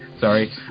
sorry